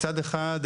מצד אחד,